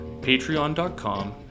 patreon.com